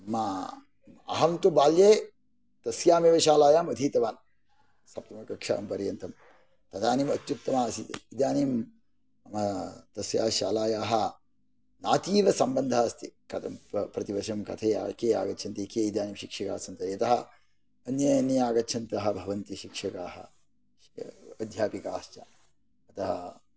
मा अहं तु बाल्ये तस्याम् एव शालायाम् अधीतवान् सप्तमीकक्षा पर्यन्तं तदानीम् अत्युत्तमा आसीत् इदानीं तस्या शालायाः नातीवसम्बन्धः अस्ति कथं प्रतिवर्षं के आगच्छन्ति के इदानीं शिक्षकाः सन्ति यताः अन्ये अन्ये आगच्छन्तः भवन्ति शिक्षकाः अध्यापिकाश्च अतः